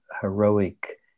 heroic